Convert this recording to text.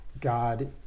God